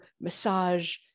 massage